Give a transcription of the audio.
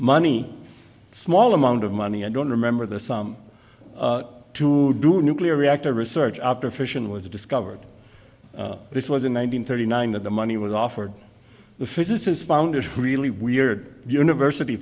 money small amount of money i don't remember the sum to do nuclear reactor research after fission was discovered this was in one hundred thirty nine that the money was offered the physicists found is really weird university